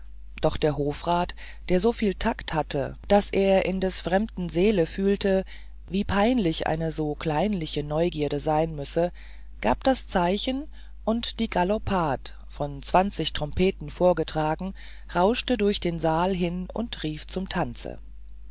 doch der hofrat der so viel takt hatte daß er in des fremden seele fühlte wie peinlich eine so kleinliche neugierde sein müsse gab das zeichen und die galoppade von zwanzig trompeten vorgetragen rauschte durch den saal hin und rief zum tanze